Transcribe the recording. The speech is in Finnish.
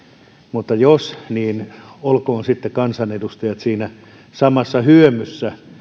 mutta jos niin olkoot sitten kansanedustajat siinä samassa hyömyssä